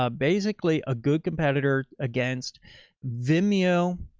ah basically a good competitor against vimeo.